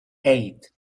eight